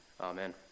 Amen